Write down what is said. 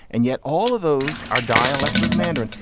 and yet all of those are dialects of mandarin.